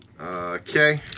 Okay